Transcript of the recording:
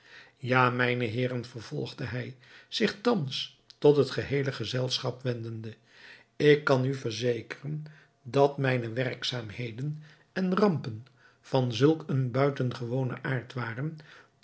ja mijne heeren vervolgde hij zich thans tot het geheele gezelschap wendende ik kan u verzekeren dat mijne werkzaamheden en rampen van zulk een buitengewonen aard waren